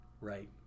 right